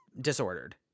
disordered